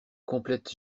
complète